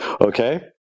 okay